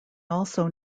also